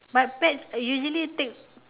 but pets usually take